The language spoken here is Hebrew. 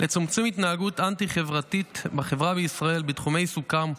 לצמצום התנהגות אנטי-חברתית בחברה בישראל בתחומי עיסוקם,